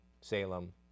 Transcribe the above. Salem